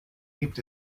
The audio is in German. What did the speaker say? gibt